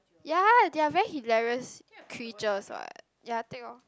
ya they are very hilarious creatures what ya take lor